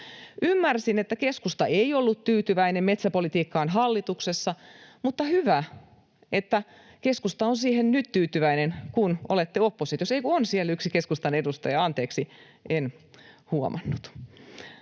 Ymmärsin, että keskusta ei ollut tyytyväinen metsäpolitiikkaan hallituksessa, mutta hyvä, että keskusta on siihen tyytyväinen nyt, kun olette oppositiossa. — Ei kun on siellä yksi keskustan edustaja. Anteeksi, en huomannut.